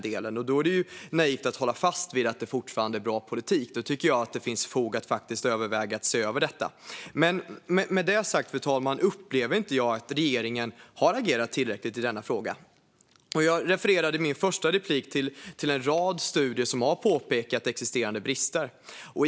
Då är det naivt att hålla fast vid att det fortfarande är bra politik. Då tycker jag att det faktiskt finns fog för att överväga att se över detta. Med detta sagt upplever jag inte att regeringen har agerat tillräckligt i denna fråga. I mitt första inlägg refererade jag till en rad studier som har påpekat existerande brister.